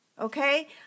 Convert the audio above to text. okay